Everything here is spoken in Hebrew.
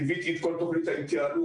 ליוויתי את כל תוכנית ההתייעלות.